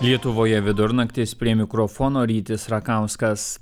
lietuvoje vidurnaktis prie mikrofono rytis rakauskas